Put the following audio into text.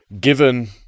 given